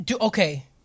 okay